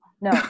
No